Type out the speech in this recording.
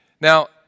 Now